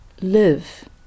live